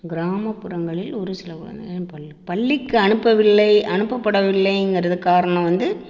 கிராமப்புறங்களில் ஒருசில பள் பள்ளிக்கு அனுப்பவில்லை அனுப்பப்படவில்லைங்கிறதுக்கு காரணம் வந்து